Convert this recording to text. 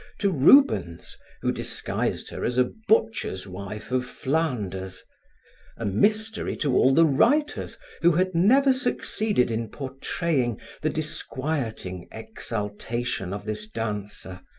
to rubens who disguised her as a butcher's wife of flanders a mystery to all the writers who had never succeeded in portraying the disquieting exaltation of this dancer,